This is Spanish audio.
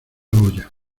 olla